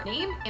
Name